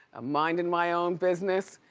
ah minding my own business,